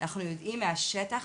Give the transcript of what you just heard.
אנחנו יודעים מהשטח,